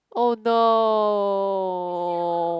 !oh no!